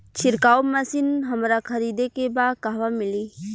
छिरकाव मशिन हमरा खरीदे के बा कहवा मिली?